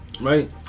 Right